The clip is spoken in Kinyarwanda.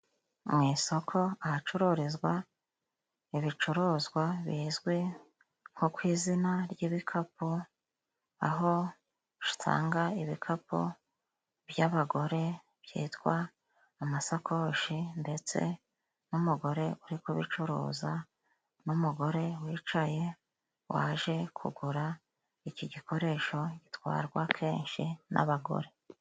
Mu isoko ahacururizwa ibicuruzwa bizwi nko ku izina ry'ibikapu, aho usanga ibikapu by'abagore byitwa amasakoshi ndetse n'umugore uri kubicuruza, n'umugore wicaye waje kugura iki gikoresho gitwarwa akenshi n'abagore.